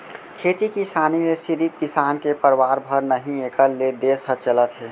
खेती किसानी ले सिरिफ किसान के परवार भर नही एकर ले देस ह चलत हे